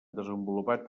desenvolupat